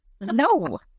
No